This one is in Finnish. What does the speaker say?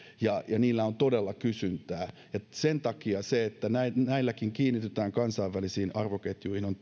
ja niillä on todella kysyntää sen takia se että näilläkin kiinnitytään kansainvälisiin arvoketjuihin on